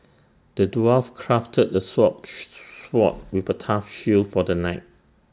the dwarf crafted A sword sword with A tough shield for the knight